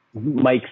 Mike